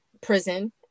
prison